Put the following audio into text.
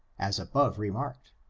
as above remarked